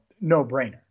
no-brainer